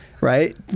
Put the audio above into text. Right